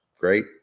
Great